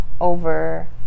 over